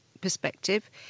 perspective